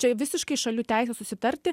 čia visiškai šalių teisė susitarti